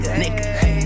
nigga